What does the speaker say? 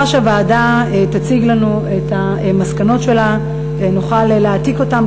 לאחר שהוועדה תציג לנו את המסקנות שלה נוכל להעתיק אותן